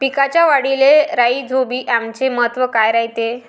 पिकाच्या वाढीले राईझोबीआमचे महत्व काय रायते?